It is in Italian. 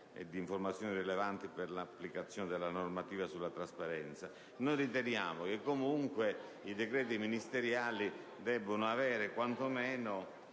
delle informazioni rilevanti per la applicazione della normativa sulla trasparenza. Riteniamo che comunque i decreti ministeriali debbano avere quantomeno